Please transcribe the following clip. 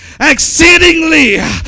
Exceedingly